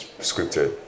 scripted